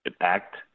Act